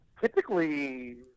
typically